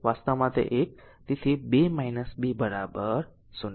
તેથી વાસ્તવમાં 1 તેથી 2 2 0